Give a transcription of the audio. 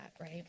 right